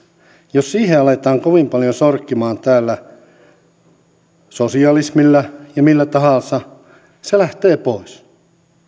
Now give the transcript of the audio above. jos siihen aletaan täällä kovin paljon sorkkimaan sosialismilla ja millä tahansa se lähtee pois